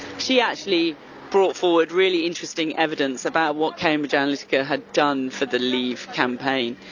she actually brought forward really interesting evidence about what cambridge analytica had done for the leave campaign.